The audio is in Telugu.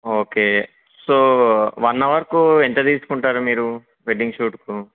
ఓకే సో వన్ అవర్కు ఎంత తీసుకుంటారు మీరు వెడ్డింగ్ షూట్కు